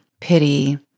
pity